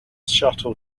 shuttle